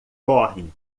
correm